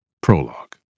prologue